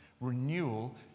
Renewal